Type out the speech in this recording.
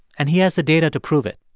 and he has the data to prove it.